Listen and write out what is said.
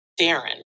Darren